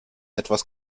etwas